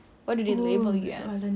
!wow! sensitive question dia